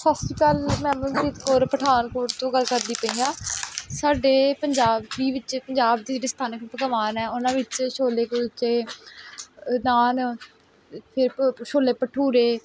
ਸਤਿ ਸ਼੍ਰੀ ਅਕਾਲ ਮੈਂ ਅਮਨਪ੍ਰੀਤ ਕੌਰ ਪਠਾਨਕੋਟ ਤੋਂ ਗੱਲ ਕਰਦੀ ਪਈ ਹਾਂ ਸਾਡੇ ਪੰਜਾਬੀ ਵਿੱਚ ਪੰਜਾਬ ਦੇ ਜਿਹੜੇ ਸਥਾਨਕ ਪਕਵਾਨ ਹੈ ਉਨ੍ਹਾਂ ਵਿੱਚ ਛੋਲੇ ਕੁਲਚੇ ਨਾਨ ਫਿਰ ਭ ਛੋਲੇ ਭਟੂਰੇ